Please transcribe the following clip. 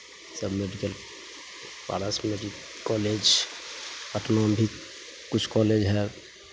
सभ मेडिकल पारस मेडि कॉलेज पटनामे भी किछु कॉलेज हइ